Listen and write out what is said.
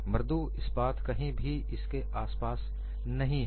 मृदु इस्पात कहीं भी इसके आसपास नहीं है